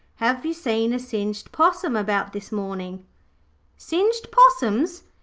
have you seen a singed possum about this morning singed possums,